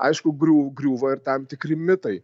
aišku griū griūva ir tam tikri mitai